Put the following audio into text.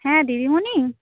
হ্যাঁ দিদিমনি